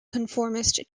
conformist